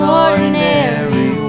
ordinary